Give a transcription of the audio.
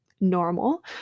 normal